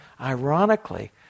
ironically